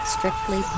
Strictly